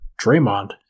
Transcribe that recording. Draymond